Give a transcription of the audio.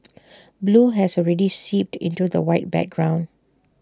blue has already seeped into the white background